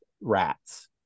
rats